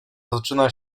zaczyna